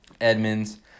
Edmonds